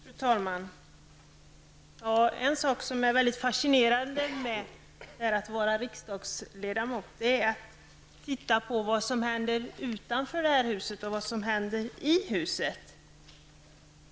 Fru talman! En sak som är väldigt fascinerande med att vara riksdagsledamot är att titta på vad som händer utanför det här huset och vad som händer i huset.